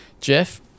Jeff